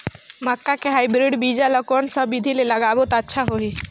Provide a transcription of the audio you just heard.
मक्का के हाईब्रिड बिजली ल कोन सा बिधी ले लगाबो त अच्छा होहि?